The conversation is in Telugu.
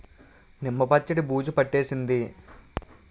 నిమ్మ పచ్చడి బూజు పట్టేసింది